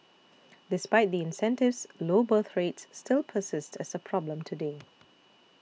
despite the incentives low birth rates still persist as a problem today